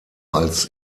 als